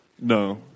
No